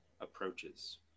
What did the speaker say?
approaches